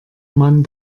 man